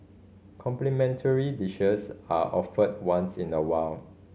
complimentary dishes are offered once in a while